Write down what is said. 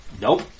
Nope